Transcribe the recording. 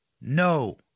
no